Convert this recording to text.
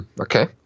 okay